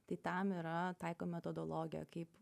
tai tam yra taiko metodologiją kaip